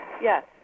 yes